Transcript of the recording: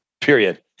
period